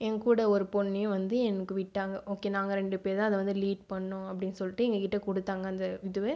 என்கூட ஒரு பொண்ணையும் வந்து எனக்கு விட்டாங்க ஓகே நாங்க ரெண்டு பேரும்தான் அதை வந்து லீட் பண்ணணும் அப்படின் சொல்லிட்டு எங்ககிட்டே கொடுத்தாங்க அந்த இது